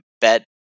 bet